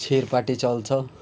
छेरपाटी चल्छ